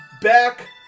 back